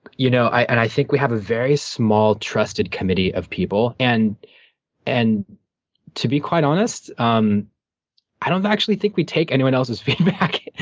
you know, and i think we have a very small, trusted committee of people, and and to be quite honest, um i don't actually think we take anyone else's feedback,